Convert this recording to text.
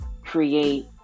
create